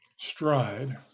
stride